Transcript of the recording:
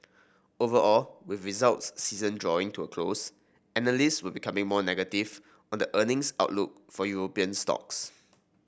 overall with results season drawing to a close analyst were becoming more negative on the earnings outlook for European stocks